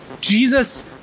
Jesus